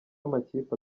amakipe